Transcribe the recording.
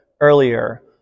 earlier